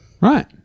Right